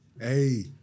Hey